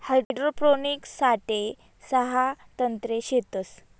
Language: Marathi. हाइड्रोपोनिक्स साठे सहा तंत्रे शेतस